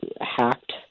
hacked